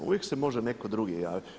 Uvijek se može netko drugi javiti.